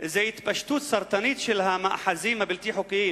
זה התפשטות סרטנית של המאחזים הבלתי-חוקיים.